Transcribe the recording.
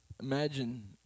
Imagine